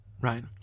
right